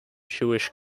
jewish